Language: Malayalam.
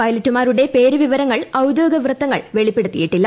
പൈലറ്റുമാരുടെ പേരുവിവരങ്ങൾ ഔദ്യോഗിക വൃത്തങ്ങൾ വെളിപ്പെടുത്തിയിട്ടില്ല